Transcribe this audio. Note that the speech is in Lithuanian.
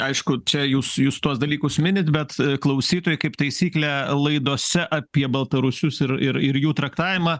aišku čia jūs jūs tuos dalykus minit bet klausytojai kaip taisyklė laidose apie baltarusius ir ir ir jų traktavimą